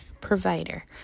provider